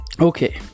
okay